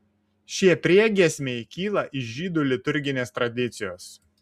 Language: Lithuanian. šie priegiesmiai kyla iš žydų liturginės tradicijos